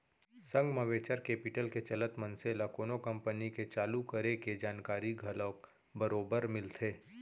संग म venture capital के चलत मनसे ल कोनो कंपनी के चालू करे के जानकारी घलोक बरोबर मिलथे